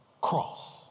cross